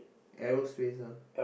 aerospace ah